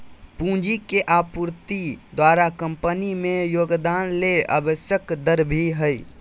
पूंजी के आपूर्ति द्वारा कंपनी में योगदान ले आवश्यक दर भी हइ